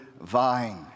vine